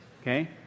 okay